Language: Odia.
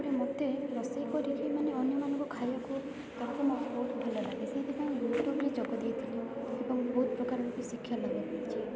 ତା'ପରେ ମତେ ରୋଷେଇ କରିକି ମାନେ ଅନ୍ୟମାନଙ୍କୁ ଖାଇବାକୁ ଦେବାକୁ ମୋତେ ବହୁତ ଭଲ ଲାଗେ ସେଇଥିପାଇଁ ୟୁଟ୍ୟୁବ୍ରେ ଯୋଗ ଦେଇଥିଲି ଏବଂ ବହୁତ ପ୍ରକାରର ବି ଶିକ୍ଷା ଲାଭ କରିଛି